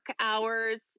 hours